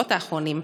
בשבועות האחרונים,